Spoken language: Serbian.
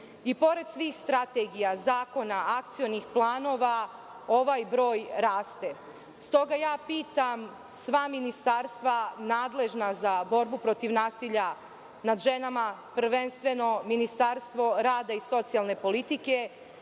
I pored svih strategija, zakona, akcionih planova ovaj broj raste. Stoga, pitam sva ministarstva nadležna za borbu protiv nasilja nad ženama, prvenstveno Ministarstvo rada i socijalne politike,